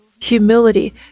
humility